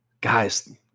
Guys